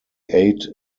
ate